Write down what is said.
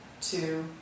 two